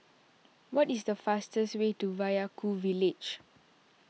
what is the fastest way to Vaiaku Village